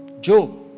Job